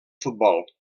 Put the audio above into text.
futbol